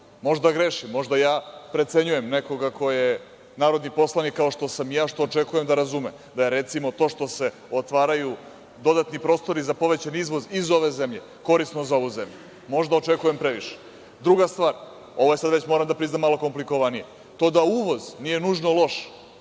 Možda grešim, možda ja precenjujem nekoga ko je narodni poslanik, kao što sam i ja, što očekujem da razume, da je, recimo, to što se otvaraju dodatni prostori za povećan izvoz iz ove zemlje korisno za ovu zemlju. Možda očekujem previše. Druga stvar, ovo je sad već, moram da priznam, malo komplikovanije. To da uvoz nije nužno loš,